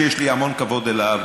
שיש לי המון כבוד אליו,